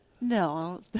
No